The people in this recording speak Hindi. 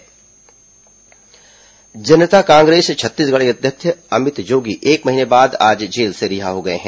अमित जोगी रिहा जनता कांग्रेस छत्तीसगढ़ के अध्यक्ष अमित जोगी एक महीने बाद आज जेल से रिहा हो गए हैं